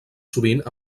sovint